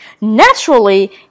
Naturally